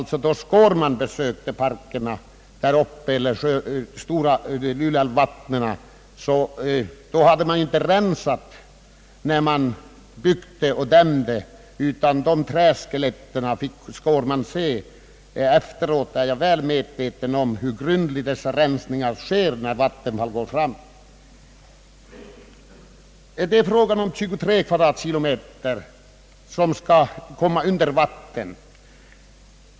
Då herr Skårman besökte parkerna vid Stora Lulevatten hade man inte rensat när man byggde och dämde, utan de kvarvarande träskeletten fick herr Skårman se. Jag är väl medveten om hur grundligt dessa rensningar numera utförs där Vattenfall drar fram. Det är frågan om 23 kvadratkilometer, som skall bli överdämda av vatten.